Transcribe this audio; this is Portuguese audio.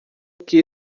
que